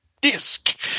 disc